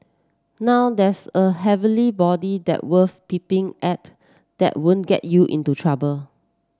now that's a heavenly body that worth peeping at that won't get you into trouble